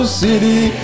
city